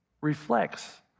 reflects